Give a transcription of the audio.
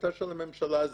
החלטה של הממשלה הזאת,